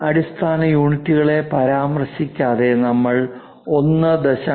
അടിസ്ഥാന യൂണിറ്റുകളെ പരാമർശിക്കാതെ നമ്മൾ 1